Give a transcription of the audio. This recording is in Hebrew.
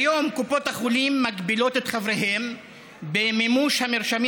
כיום קופות חולים מגבילות את חבריהן במימוש המרשמים